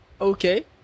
Okay